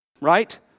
right